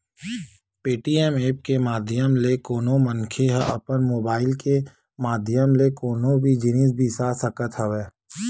Paytm app के माधियम ले कोनो मनखे ह अपन मुबाइल के माधियम ले कोनो भी जिनिस बिसा सकत हवय